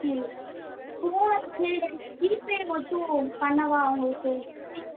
சரி PhonePe GPay மட்டும் பண்ணவா உங்குளுக்கு ஜி